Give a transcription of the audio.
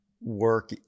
work